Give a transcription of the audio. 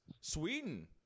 Sweden